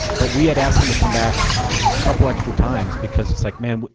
but we had asked them to come back a couple extra times because it's like, man,